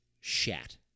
shat